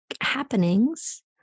happenings